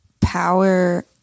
power